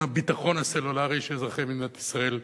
הביטחון הסלולרי שאזרחי מדינת ישראל קיבלו,